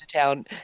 town